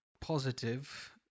positive